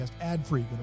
ad-free